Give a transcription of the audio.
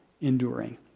enduring